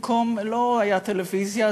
לא הייתה טלוויזיה,